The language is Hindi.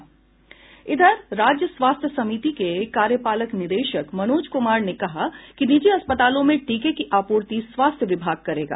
राज्य स्वास्थ्य समिति के कार्यपालक निदेशक मनोज कुमार ने कहा कि निजी अस्पतालों में टीके की आपूर्ति स्वास्थ्य विभाग करेगा